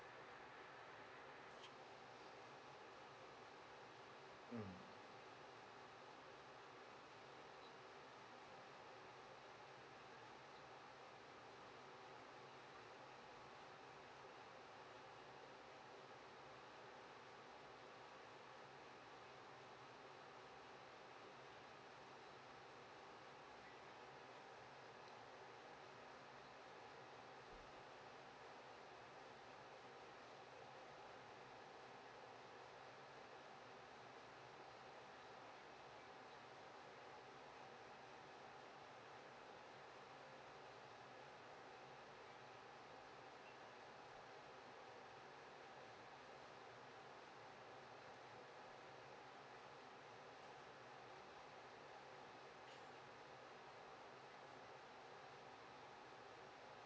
mm